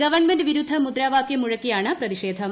government വിരുദ്ധ മുദ്രാവാക്യം മുഴക്കിയാണ് പ്രതിഷേധം